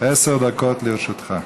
עשר דקות לרשותך.